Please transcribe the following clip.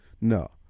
No